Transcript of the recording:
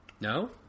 No